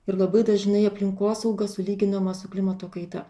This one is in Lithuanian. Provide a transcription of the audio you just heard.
ir labai dažnai aplinkosauga sulyginama su klimato kaita